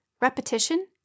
repetition